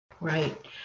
Right